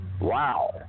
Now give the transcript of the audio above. wow